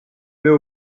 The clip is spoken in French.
mets